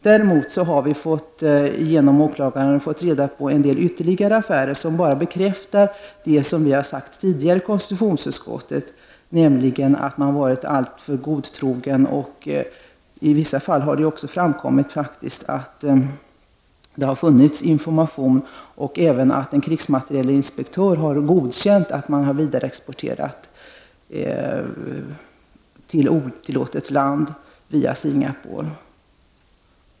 Däremot har vi genom åklagare fått kännedom om ytterligare vapenaffärer som bekräftar det jag tidigare sagt i konstitutionsutskottet, nämligen att man har varit alltför godtrogen. I vissa fall har det framkommit att det har funnits information och att även en krigsmaterielinspektör har godkänt att man har vidareexporterat till ett otillåtet land via Singapore.